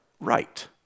right